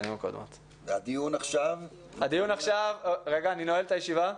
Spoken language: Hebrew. אני נועל את הישיבה.